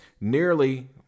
nearly